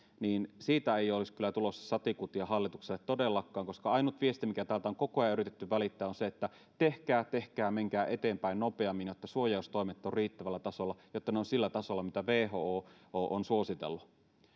niin siitä ei olisi kyllä tulossa satikutia hallitukselle todellakaan koska ainut viesti mikä täältä on koko ajan yritetty välittää on se että tehkää tehkää menkää eteenpäin nopeammin jotta suojaustoimet ovat riittävällä tasolla jotta ne ovat sillä tasolla mitä who on suositellut